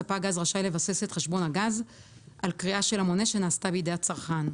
ספק גז רשאי לבסס את חשבון הגז על קריאה של המונה שנעשתה בידי הצרכן.